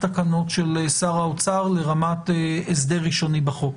תקנות של שר האוצר לרמת הסדר ראשוני בחוק.